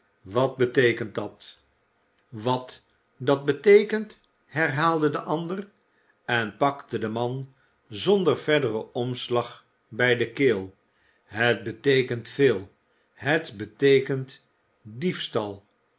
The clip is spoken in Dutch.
wat beteekent dat wat dat beteekent herhaalde de ander en pakte den man zonder verderen omslag bij de keel het beteekent veel het beteekent diefstal